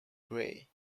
grey